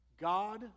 God